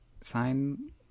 sign